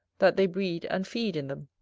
that they breed and feed in them.